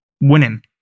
winning